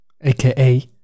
aka